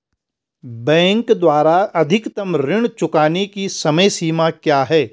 Bank द्वारा अधिकतम ऋण चुकाने की समय सीमा क्या है?